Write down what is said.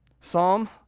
Psalm